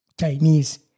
Chinese